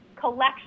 collection